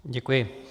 Děkuji.